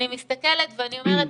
אני מסתכלת ואני אומרת,